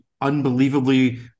unbelievably